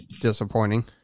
disappointing